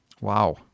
Wow